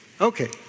Okay